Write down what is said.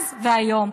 אז והיום,